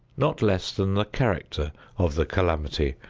not less than the character of the calamity,